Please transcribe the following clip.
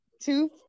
Two